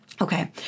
okay